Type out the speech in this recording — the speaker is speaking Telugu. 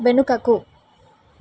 వెనుకకు